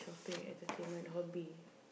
play entertainment hobby